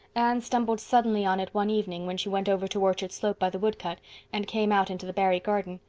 anne stumbled suddenly on it one evening when she went over to orchard slope by the wood cut and came out into the barry garden.